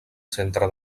centre